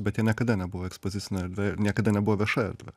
bet jie niekada nebuvo ekspozicinė erdvė ir niekada nebuvo vieša erdve